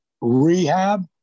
rehab